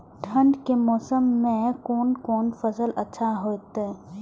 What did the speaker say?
ठंड के मौसम में कोन कोन फसल अच्छा होते?